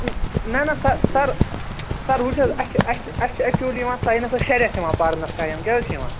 نہ نہ sir sir sir وُچھ حظ اسہِ چھِ اسہِ چھِ اسہِ چھِ ایٚکچُلی یِوان سایِنَسَس شیےٚ ریٚتھ یِوان پَرنَس ٹایِم کیٛاہ حظ چھِ یِوان